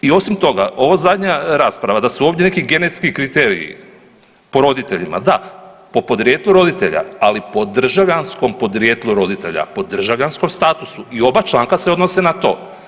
I osim toga, ova zadnja rasprava, da su ovdje neki genetski kriteriji po roditeljima, da, po podrijetlu roditelja, ali po državljanskom podrijetlu roditelja, po državljanskom statusu i oba članka se odnose na to.